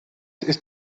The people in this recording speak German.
ist